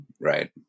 right